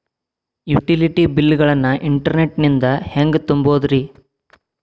Utility bill ಗಳನ್ನ internet ನಿಂದ ಹೆಂಗ್ ತುಂಬೋದುರಿ?